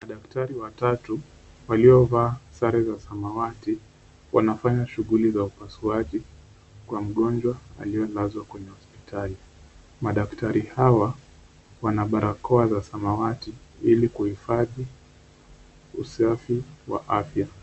Madaktari watatu waliovaa sare za samawati wanafanya shughuli za upasuaji kwa mgonjwa aliyelazwa kwenye hospitali, madaktari hawa wana barakoa za samawati ili kuhifadhi usafi wa afya.